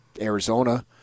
Arizona